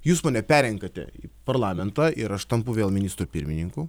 jūs mane perrenkate į parlamentą ir aš tampu vėl ministru pirmininku